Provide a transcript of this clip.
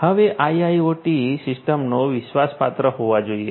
હવે આઈઆઈઓટી સિસ્ટમો વિશ્વાસપાત્ર હોવા જોઈએ